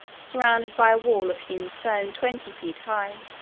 surrounded by a wall of hewn stone twenty feet high.